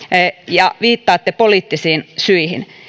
ja viittaatte poliittisiin syihin